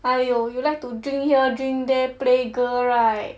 !aiyo! you like to drink here drink there play girl right